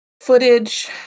footage